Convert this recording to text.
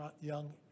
Young